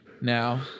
now